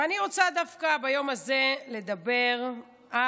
ואני רוצה דווקא ביום הזה לדבר על